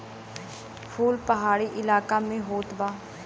फूल पहाड़ी इलाका में होत बा